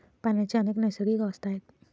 पाण्याच्या अनेक नैसर्गिक अवस्था आहेत